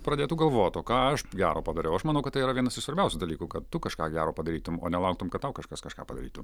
pradėtų galvot o ką aš gero padariau aš manau kad tai yra vienas svarbiausių dalykų kad tu kažką gero padarytum nelauktum kad tau kažkas kažką padarytų